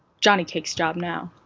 johnnycake's job now.